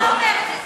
אתה אומר את זה.